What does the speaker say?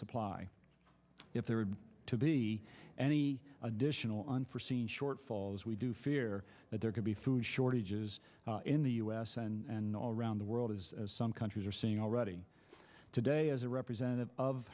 supply if there were to be any additional unforseen shortfalls we do fear that there could be food shortages in the u s and around the world as some countries are seeing already today as a representative of